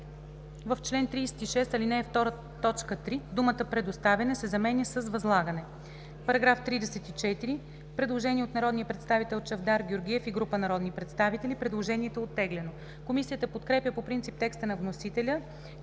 в чл. 36, ал. 2, т. 3 думата „предоставяне“ се заменя с „възлагане“.“ По § 34 – предложение от народния представител Чавдар Георгиев и група народни представители. Предложението е оттеглено. Комисията подкрепя по принцип текста на вносителя,